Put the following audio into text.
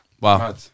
Wow